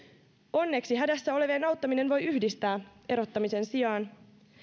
onneksi hädässä olevien auttaminen voi yhdistää erottamisen sijaan